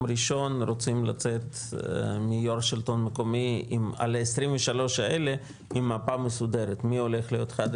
ראשון אתם רוצים לצאת מיו"ר השלטון המקומי עם מפה מסודרת על ה-23